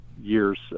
years